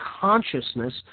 consciousness